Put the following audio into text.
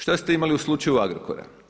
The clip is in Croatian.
Što ste imali u slučaju Agrokora?